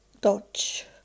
Dutch